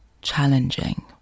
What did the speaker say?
challenging